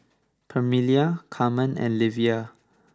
Permelia Carmen and Livia